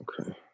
Okay